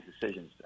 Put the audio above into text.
decisions